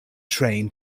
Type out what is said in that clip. train